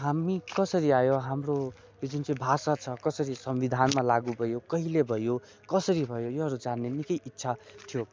हामी कसरी आयो हाम्रो यो जुन चाहिँ भाषा छ कसरी संविधानमा लागु भयो कहिले भयो कसरी भयो योहरू जान्ने निकै इच्छा थियो